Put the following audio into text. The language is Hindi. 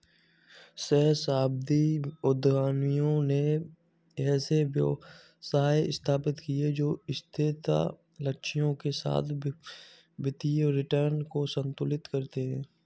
सहस्राब्दी उद्यमियों ने ऐसे व्यवसाय स्थापित किए जो स्थिरता लक्ष्यों के साथ वित्तीय रिटर्न को संतुलित करते हैं